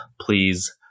please